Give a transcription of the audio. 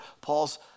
Paul's